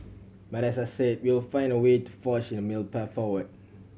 but as I said we'll find a way to forge a middle path forward